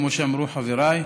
כמו שאמרו חבריי,